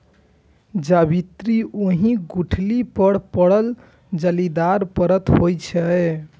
जावित्री ओहि गुठली पर पड़ल जालीदार परत होइ छै